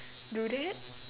do that